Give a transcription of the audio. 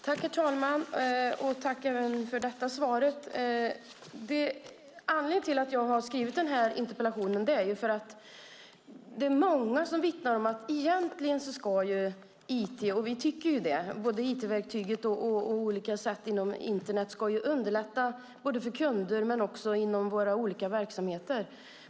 Herr talman! Tack, statsrådet, även för detta svar! Anledningen till att jag har framställt den här interpellationen är att det finns många exempel på att det har blivit krångligare med IT fast det borde bli enklare. Egentligen tycker vi ju att IT-verktygen ska underlätta både för kunder och för våra olika verksamheter.